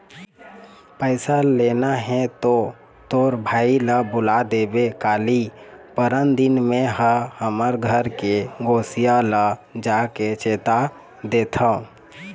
पइसा लेना हे तो तोर भाई ल बुला देबे काली, परनदिन में हा हमर घर के गोसइया ल जाके चेता देथव